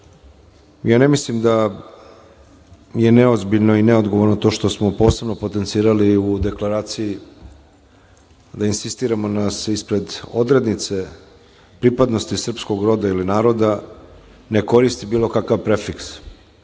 ne mislim da je neozbiljno i neodgovorno to što smo posebno potencirali u deklaraciji da insistiramo da se ispred odrednice pripadnosti srpskog roda ili naroda ne koristi bilo kakav prefiks